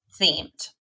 themed